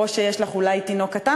או שיש לך תינוק קטן,